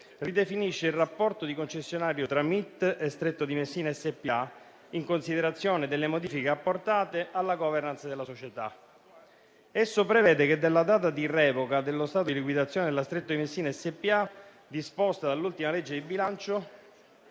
ridefinisce il rapporto di concessione fra il MIT e la Stretto di Messina SpA in considerazione delle modifiche apportate alla *governance* della società. Esso prevede che dalla data di revoca dello stato di liquidazione della Stretto di Messina SpA, disposta dall'ultima legge di bilancio,